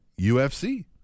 UFC